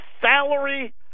salary